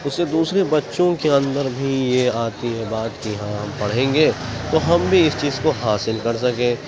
اس سے دوسرے بچوں کے اندر بھی یہ آتی ہے بات کہ ہاں ہم پڑھیں گے تو ہم بھی اس چیز کو حاصل کر سکیں